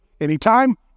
anytime